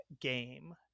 game